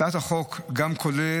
הצעת החוק כוללת